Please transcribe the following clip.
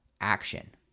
action